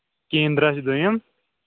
Kendra چھُ دوٚیُم